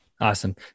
Awesome